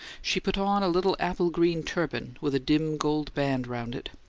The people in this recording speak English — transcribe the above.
she put on a little apple-green turban with a dim gold band round it,